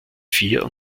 vier